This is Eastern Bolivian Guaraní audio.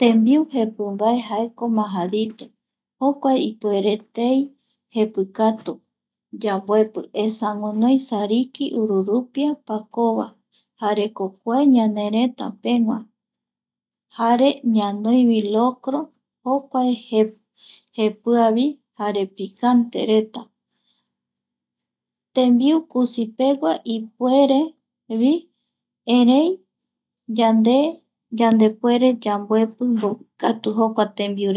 Tembiu jepimbae jaeko majadito, jokua ipuere tei jepikatu, yamboepi esa guinoi sariki, ururupi, pakova jareko kua ñanereta pegua, jare ñanoi vi locro jokua jepi, jepiavi jare picante ret.,tembiu kusi pegua ipuere erei yande yandepuere yamboepi mbovikatu jokuareta tembiu